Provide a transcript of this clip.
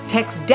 Text